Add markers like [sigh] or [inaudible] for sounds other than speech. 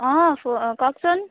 অঁ [unintelligible] কওকচোন